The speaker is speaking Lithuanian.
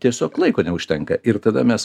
tiesiog laiko neužtenka ir tada mes